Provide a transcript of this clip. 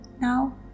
now